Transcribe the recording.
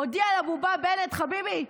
הודיע לבובה בנט: חביבי,